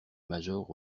major